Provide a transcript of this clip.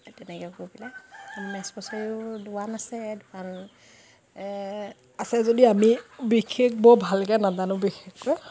তেনেকে গৈ পেলাই মেচ কছাৰীৰো দোৱান আছে দোৱান আছে যদিও আমি বিশেষ বৰ ভালকে নাজানো বিশেষকৈ